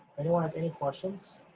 anyone have any questions?